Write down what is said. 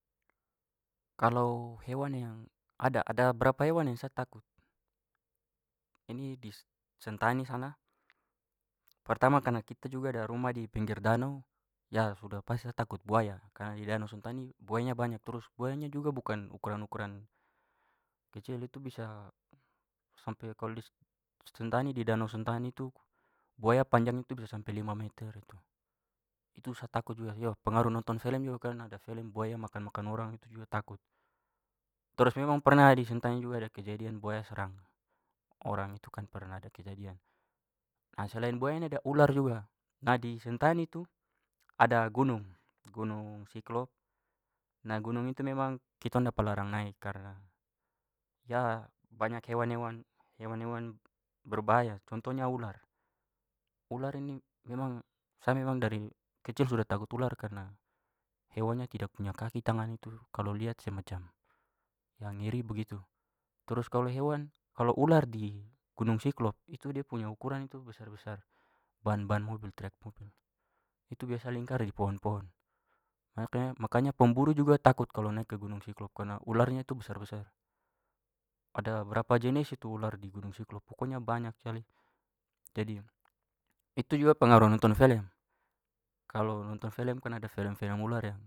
Kalau hewan yang- ada- ada berapa hewan yang saya takut. Ini di sentani sana, pertama karena kita juga ada rumah di pinggir danau ya sudah pasti sa takut buaya, karena di danau sentani buayanya banyak. Trus buayanya juga bukan ukuran-ukuran kecil, itu bisa sampai- kalau di sentani- di danau sentani itu buaya panjang itu bisa sampai lima meter itu. Itu sa takut juga. Yo, pengaruh nonton film juga, kan ada film buaya makan-makan orang, itu juga sa takut. Terus memang pernah di sentani juga ada kejadian buaya serang orang, itu kan pernah ada kejadian. A, selain buaya ini ada ular juga. Nah, di sentani itu ada gunung, gunung cyclop, nah gunung itu memang kitong dapat larang naik karena, ya, banyak hewan-hewan- hewan-hewan berbahaya. Contohnya ular. Ular ini memang- sa memang dari kecil sudah takut ular karena hewannya tidak punya kaki tangan itu. Kalau lihat sa macam ya ngeri begitu. Terus kalau hewan- kalau ular di gunung cyclop itu dia punya ukuran itu besar-besar ban-ban mobil truk. Itu biasa lingkar di pohon-pohon. Makanya- makanya pemburu juga takut kalau naik ke gunung cyclop karena ularnya tu besar-besar. Ada berapa jenis itu ular di gunung cyclop. Pokoknya banyak sekali. Itu juga pengaruh nonton film. Kalau nonton film- kan ada film-film ular yang.